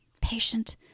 patient